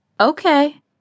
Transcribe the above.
okay